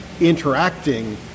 interacting